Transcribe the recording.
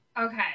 Okay